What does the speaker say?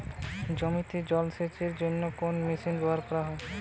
জমিতে জল সেচের জন্য কোন মেশিন ব্যবহার করব?